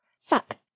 Fuck